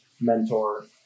mentor